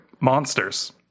monsters